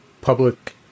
public